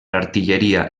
artilleria